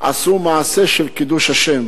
עשו מעשה של קידוש השם